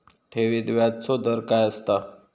ठेवीत व्याजचो दर काय असता?